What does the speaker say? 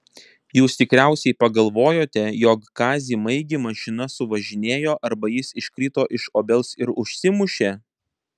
jūs tikriausiai pagalvojote jog kazį maigį mašina suvažinėjo arba jis iškrito iš obels ir užsimušė